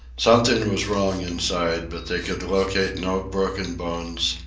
something was wrong inside, but they could locate no broken bones,